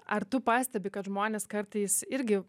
ar tu pastebi kad žmonės kartais irgi